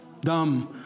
dumb